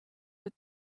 but